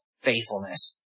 faithfulness